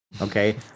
okay